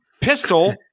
Pistol